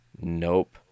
Nope